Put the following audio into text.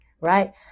right